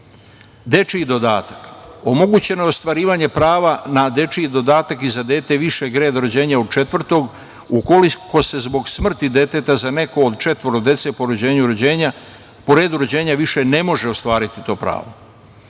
Srbije.Dečiji dodatak. Omogućeno je ostvarivanje prava na dečiji dodatak i za dete višeg reda rođena od četvrtog ukoliko se zbog smrti deteta za neko od četvoro dece po redu rođenja više ne može ostvariti to pravo.